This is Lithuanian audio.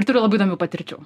turi labai įdomių patirčių